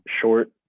short